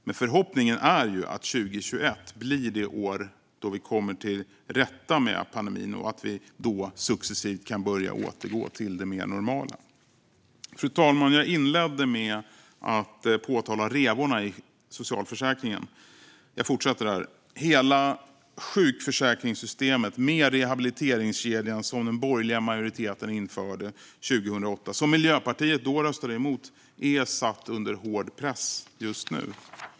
Men förhoppningen är ju att 2021 blir det år då vi kommer till rätta med pandemin och att vi då successivt kan börja återgå till det mer normala. Fru talman! Jag inledde med att påtala revorna i socialförsäkringen, och jag fortsätter där. Hela sjukförsäkringssystemet, med den rehabiliteringskedja som den borgerliga majoriteten införde 2008 och som Miljöpartiet då röstade emot, är satt under hård press just nu.